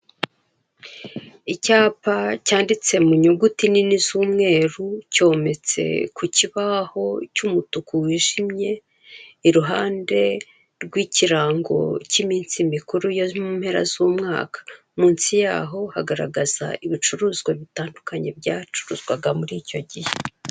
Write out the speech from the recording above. Icyapa cyanditse mu nyuguti nini z'umweru cyometse ku kibaho cy'umutuku wijimye, iruhande rw'ikirango k'iminsi mikuru yo mu mpera z'umwaka. Munsi yaho hagaragaza ibicuruzwa bitandukanye byacuruzwaga muri icyo gihe.